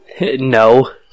No